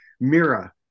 Mira